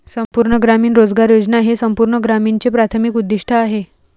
संपूर्ण ग्रामीण रोजगार योजना हे संपूर्ण ग्रामीणचे प्राथमिक उद्दीष्ट आहे